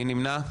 מי נמנע?